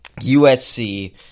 USC